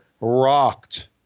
rocked